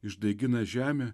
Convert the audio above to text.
išdaigina žemę